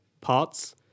parts